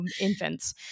infants